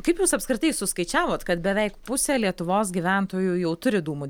kaip jūs apskritai suskaičiavot kad beveik pusė lietuvos gyventojų jau turi dūmų